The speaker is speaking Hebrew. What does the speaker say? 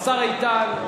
השר איתן.